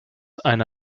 eine